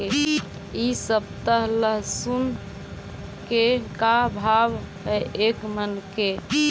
इ सप्ताह लहसुन के का भाव है एक मन के?